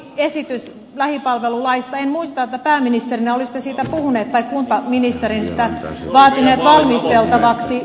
en muista että pääministerinä olisitte siitä puhuneet tai kuntaministerinä sitä vaatineet valmisteltavaksi